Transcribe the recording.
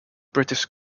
british